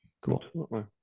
cool